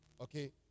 Okay